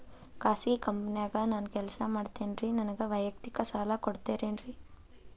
ಖಾಸಗಿ ಕಂಪನ್ಯಾಗ ನಾನು ಕೆಲಸ ಮಾಡ್ತೇನ್ರಿ, ನನಗ ವೈಯಕ್ತಿಕ ಸಾಲ ಕೊಡ್ತೇರೇನ್ರಿ?